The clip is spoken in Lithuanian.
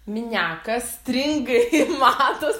miniakas stringai matos